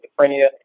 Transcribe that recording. schizophrenia